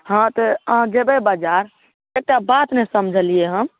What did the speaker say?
हँ तऽ अहाँ जेबै बजार एकटा बात नहि समझलिए हम